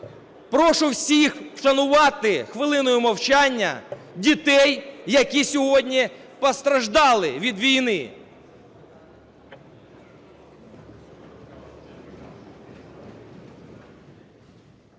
Прошу всіх вшанувати хвилиною мовчання дітей, які сьогодні постраждали від війни.